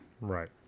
right